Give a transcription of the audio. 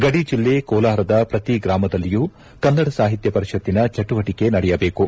ಗಡಿ ಜೆಲ್ಲೆ ಕೋಲಾರದ ಪ್ರತಿ ಗ್ರಾಮದಲ್ಲಿಯೂ ಕನ್ನಡ ಸಾಹಿತ್ಯ ಪರಿಷತ್ತಿನ ಚಿಟುವಟಿಕೆ ನಡೆಯಬೇಕು